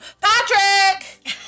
Patrick